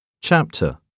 Chapter